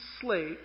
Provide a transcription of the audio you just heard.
slate